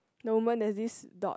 the woman there is this dot